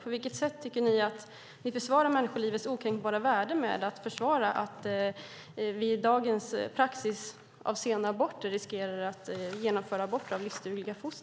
På vilket sätt tycker ni att ni försvarar människolivets okränkbara värden genom att försvara att vi med dagens praxis när det gäller sena aborter riskerar att genomföra aborter av livsdugliga foster?